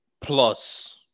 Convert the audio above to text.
plus